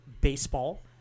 baseball